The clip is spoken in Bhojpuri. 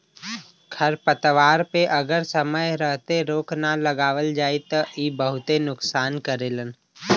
खरपतवार पे अगर समय रहते रोक ना लगावल जाई त इ बहुते नुकसान करेलन